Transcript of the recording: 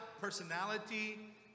personality